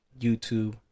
YouTube